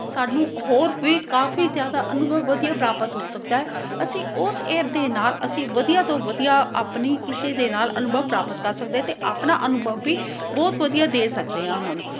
ਸਾਨੂੰ ਹੋਰ ਵੀ ਕਾਫੀ ਜ਼ਿਆਦਾ ਅਨੁਭਵ ਵਧੀਆ ਪ੍ਰਾਪਤ ਹੋ ਸਕਦਾ ਅਸੀਂ ਉਸ ਐਪ ਦੇ ਨਾਲ ਅਸੀਂ ਵਧੀਆ ਤੋਂ ਵਧੀਆ ਆਪਣੀ ਕਿਸੇ ਦੇ ਨਾਲ ਅਨੁਭਵ ਪ੍ਰਾਪਤ ਕਰ ਸਕਦੇ ਅਤੇ ਆਪਣਾ ਅਨੁਭਵ ਵੀ ਬਹੁਤ ਵਧੀਆ ਦੇ ਸਕਦੇ ਹਾਂ ਉਹਨਾਂ ਨੂੰ